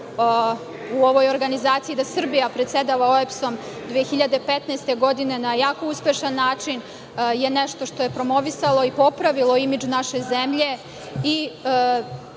u ovoj organizaciji da Srbija predsedava OEBS-om, 2015. godine na jako uspešan način, je nešto što je promovisalo i popravilo imidž naše zemlje